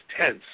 tense